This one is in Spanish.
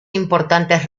importantes